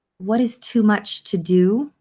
what is too much to do.